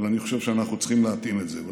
אבל אני חושב שאנחנו צריכים להתאים את זה.